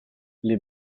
les